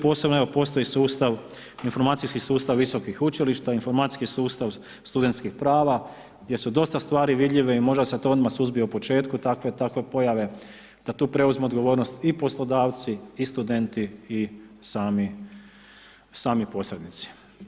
Posebno, evo postoji sustav informacijski sustav visokih učilišta, informacijski sustav studentskih prava, gdje su dosta stvari vidljive i možda se to odmah suzbije u početku takve pojave, da tu preuzmu odgovornost i poslodavci i studenti i sami posrednici.